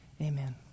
amen